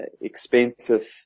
expensive